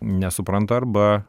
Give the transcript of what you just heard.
nesupranta arba